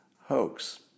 hoax